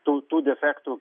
tų tų defektų